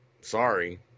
sorry